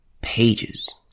pages